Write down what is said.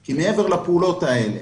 כי מעבר לפעולות האלה,